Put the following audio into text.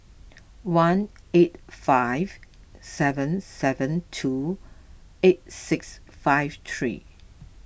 one eight five seven seven two eight six five three